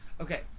Okay